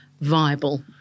Viable